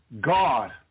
God